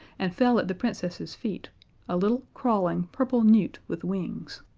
and fell at the princess's feet a little, crawling, purple newt with wings.